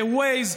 ב-Waze.